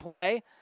play